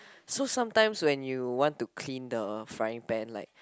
so sometimes when you want to clean the frying pan like